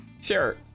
Sure